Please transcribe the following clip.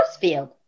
field